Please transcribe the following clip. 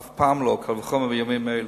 אף פעם לא, קל וחומר בימים אלו.